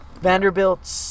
Vanderbilt